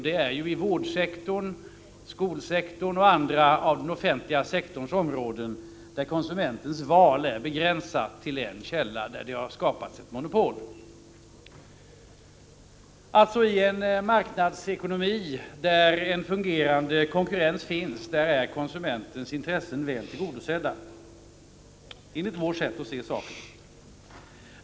Det är i vårdsektorn, skolsektorn och andra sektorer inom den offentliga verksamheten, där konsumentens val är begränsat till en källa, där det har skapats ett monopol. Alltså: i en marknadsekonomi, där en fungerande konkurrens finns, där är konsumentens intressen väl tillgodosedda, enligt vårt sätt att se saken.